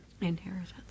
Inheritance